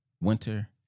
Winter